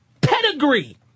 pedigree